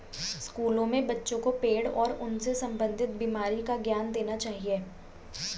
स्कूलों में बच्चों को पेड़ और उनसे संबंधित बीमारी का ज्ञान देना चाहिए